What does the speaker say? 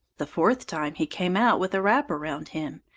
the fourth time he came out with a wrapper round him,